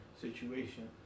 situation